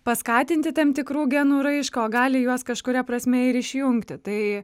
paskatinti tam tikrų genų raišką o gali juos kažkuria prasme ir išjungti tai